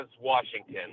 Washington